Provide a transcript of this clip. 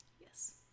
yes